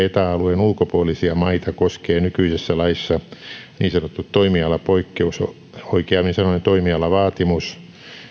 eta alueen ulkopuolisia maita koskee nykyisessä laissa niin sanottu toimialapoikkeus oikeammin sanoen toimialavaatimus